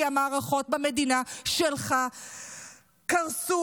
כי המערכות במדינה שלך קרסו.